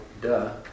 duh